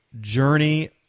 journey